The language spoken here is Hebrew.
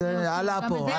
זה כבר עלה פה.